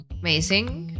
Amazing